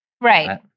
Right